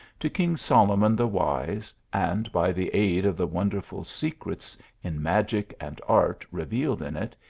to king solomon the wise, and by the aid of the wonderful secrets in magic and art revealed in it,